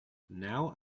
now